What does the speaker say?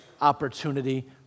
opportunity